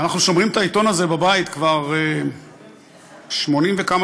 ואנחנו שומרים את העיתון הזה בבית כבר 80 וכמה